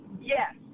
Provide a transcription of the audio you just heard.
Yes